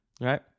right